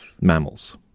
mammals